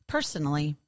Personally